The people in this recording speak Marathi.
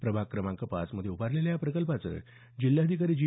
प्रभाग क्रमांक पाच मध्ये उभारलेल्या या प्रकल्पाचं जिल्हाधिकारी जी